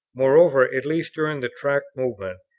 moreover, at least during the tract movement,